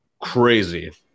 crazy